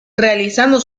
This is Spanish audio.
realizando